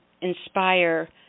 inspire